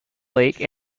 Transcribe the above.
lake